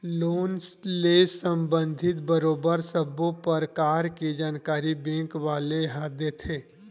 loan ले संबंधित बरोबर सब्बो परकार के जानकारी बेंक वाले ह देथे